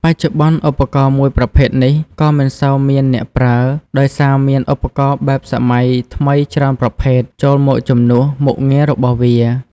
បច្ចុប្បន្នឧបរកណ៍មួយប្រភេទនេះ ក៏មិនសូវមានអ្នកប្រើ ដោយសារមានឧបករណ៍បែបសម័យថ្មីច្រើនប្រភេទ ចូលមកជំនួន មុខងាររបស់វា។